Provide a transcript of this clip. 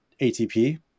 ATP